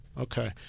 Okay